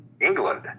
England